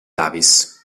davis